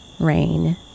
rain